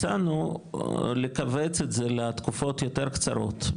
הצענו לכווץ את זה לתקופות קצרות יותר,